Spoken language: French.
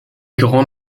grands